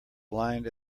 blind